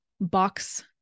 box